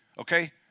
okay